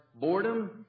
boredom